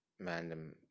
random